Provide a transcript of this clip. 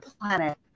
planet